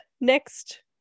next